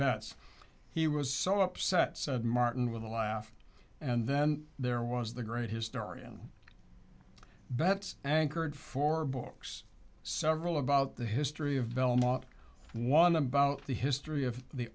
bess he was so upset said martin with a laugh and then there was the great historian betts anchored four books several about the history of belmont one about the history of the